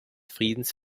friedens